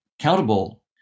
countable